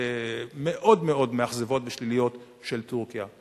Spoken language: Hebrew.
מאוד מאוד מאכזבות ושליליות של טורקיה.